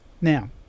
Now